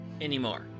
anymore